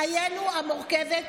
חיינו המורכבת,